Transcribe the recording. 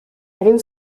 egin